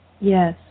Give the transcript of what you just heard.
Yes